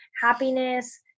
happiness